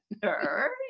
Sir